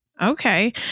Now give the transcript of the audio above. Okay